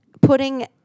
putting